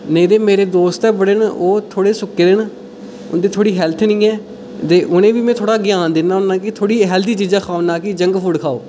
नेईं ते मेरे दोस्त बड़े न ओह् सुक्के दे न उं'दी थोह्ड़ी हैल्थ निं ऐ ऐ ते उ'नें गी बी अ'ऊं थोह्ड़ा ज्ञान दिन्ना होन्ना कि थोह्ड़ी हैल्थी चीजां खाओ ना कि जंक फूड खाओ